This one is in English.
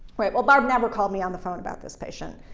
right? well, barb never called me on the phone about this patient.